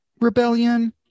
Rebellion